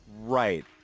Right